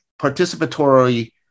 participatory